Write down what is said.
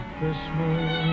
Christmas